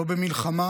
לא במלחמה